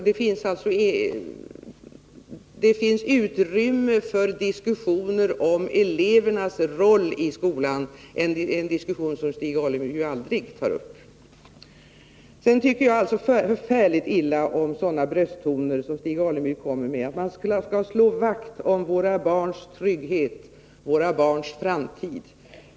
Det finns utrymme för diskussioner om elevernas roll i skolan — en diskussion som Stig Alemyr ju aldrig tar upp. Jag tycker vidare mycket illa om sådana brösttoner som Stig Alemyr kommer med, nämligen att man skall slå vakt om våra barns trygghet och våra barns framtid.